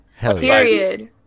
Period